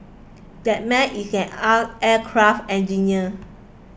that man is an ah aircraft engineer